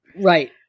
right